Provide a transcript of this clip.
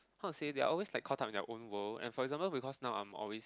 how to say they are always caught up in their own world and for example because now I'm always